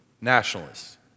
nationalists